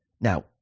Now